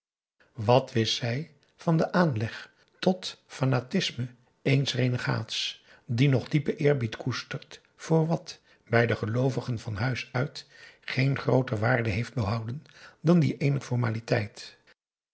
wat wist zij van den aanleg tot fanatisme eens renegaats die nog diepen eerbied koestert voor wat bij de geloovigen van huis uit geen grooter waarde heeft behouden dan die eener formaliteit